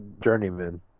Journeyman